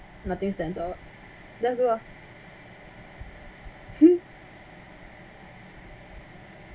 nothing stands out that's good lor